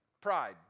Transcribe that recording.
Pride